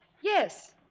Yes